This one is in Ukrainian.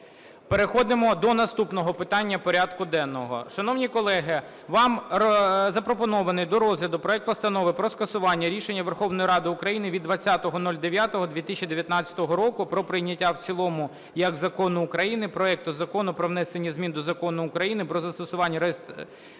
Переходимо до наступного питання порядку денного. Шановні колеги, вам запропонований до розгляду проект Постанови про скасування рішення Верховної Ради України від 20.09.2019 року про прийняття в цілому як закону України проекту Закону про внесення змін до Закону України "Про застосування реєстраторів